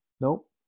Nope